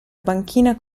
banchina